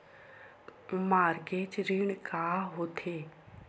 Mortgage ऋण का होथे?